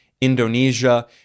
Indonesia